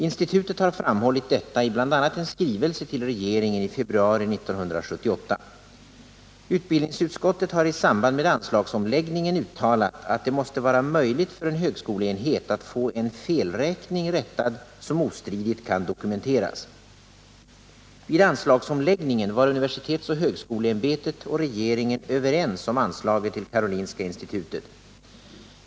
Institutet har framhållit detta i bl.a. en skrivelse till regeringen i februari 1978. Utbildningsutskottet har i samband med anslagsomläggningen uttalat att det måste vara möjligt för en högskoleenhet att få en felräkning rättad som ostridigt kan dokumenteras. Vid anslagsomläggningen var universitetsoch högskoleämbetet och regeringen överens om anslaget till Karolinska institutet.